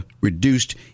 reduced